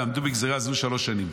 ועמדו בגזרה זו שלוש שנים.